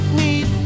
need